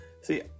see